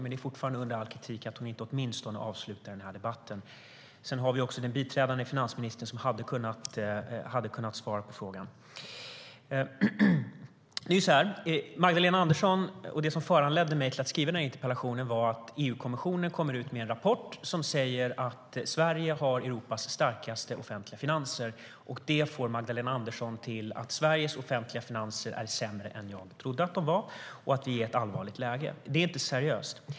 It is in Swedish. Men det är fortfarande under all kritik att hon inte avslutar åtminstone den här debatten. Vi har ju också den biträdande finansministern, som hade kunnat svara på frågorna. Det som föranledde mig att skriva den här interpellationen var att EU-kommissionen kommer ut med en rapport som säger att Sverige har Europas starkaste offentliga finanser. Det får Magdalena Andersson till att Sveriges offentliga finanser är sämre än hon trodde att de var och att vi är i ett allvarligt läge. Det är inte seriöst.